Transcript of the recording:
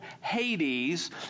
Hades